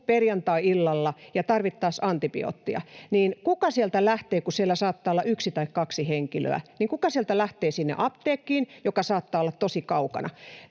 perjantaina illalla ja tarvittaisiin antibioottia, niin kuka sieltä lähtee, kun siellä saattaa olla yksi tai kaksi henkilöä, sinne apteekkiin, joka saattaa olla tosi kaukana?